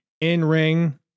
In-ring